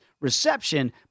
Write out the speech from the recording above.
reception